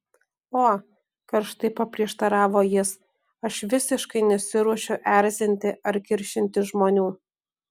o karštai paprieštaravo jis aš visiškai nesiruošiu erzinti ar kiršinti žmonių